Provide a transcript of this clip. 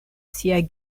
siaj